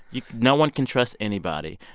you no one can trust anybody.